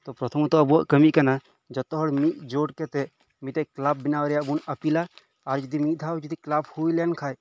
ᱯᱨᱚᱛᱷᱚᱢᱚᱛᱚ ᱟᱵᱚᱣᱟᱜ ᱠᱟᱢᱤ ᱠᱟᱱᱟ ᱡᱚᱛᱚ ᱦᱚᱲ ᱢᱤᱫ ᱡᱳᱴ ᱠᱟᱛᱮᱫ ᱢᱤᱫ ᱴᱮᱱ ᱠᱮᱞᱟᱯ ᱵᱮᱱᱟᱣ ᱨᱮᱭᱟᱜ ᱵᱚᱱ ᱟᱯᱤᱞᱟ ᱟᱨ ᱡᱩᱫᱤ ᱢᱤᱫ ᱫᱷᱟᱣ ᱡᱩᱫᱤ ᱠᱮᱞᱟᱯ ᱦᱩᱭᱞᱮᱱ ᱠᱷᱟᱱ